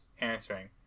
answering